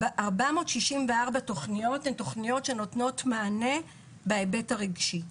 464 תוכניות הן תוכניות שנותנות מענה בהיבט הרגשי.